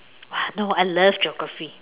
!wah! you know I love geography